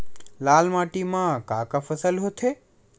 लाल माटी म का का फसल होथे?